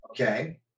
okay